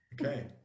Okay